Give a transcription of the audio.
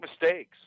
mistakes